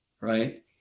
right